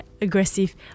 aggressive